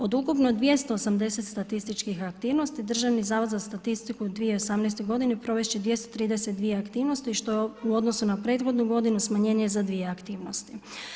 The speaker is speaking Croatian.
Od ukupno 280 statističkih aktivnosti, Državni zavod za statistiku u 2018. godini provesti će 232 aktivnosti, što je u odnosu na prethodnu godinu smanjenje za dvije aktivnosti.